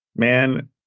man